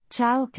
Ciao